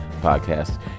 podcast